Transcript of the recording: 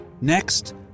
Next